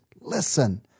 listen